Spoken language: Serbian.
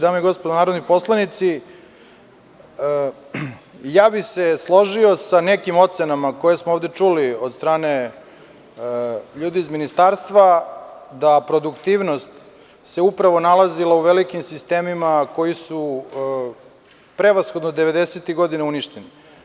Dame i gospodo narodni poslanici, ja bih se složio sa nekim ocenama koje smo ovde čuli od strane ljudi iz Ministarstva da produktivnost se upravo nalazila u velikim sistemima koji su, prevashodno 90-ih godina uništeni.